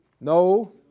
No